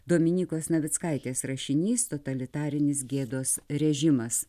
dominykos navickaitės rašinys totalitarinis gėdos režimas